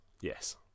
Yes